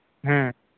ᱦᱮᱸ